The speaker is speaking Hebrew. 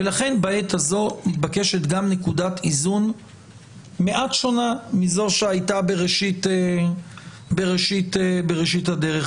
ולכן בעת הזאת מתבקשת גם נקודת איזון מעט שונה מזו שהייתה בראשית הדרך.